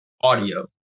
audio